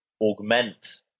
augment